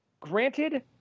granted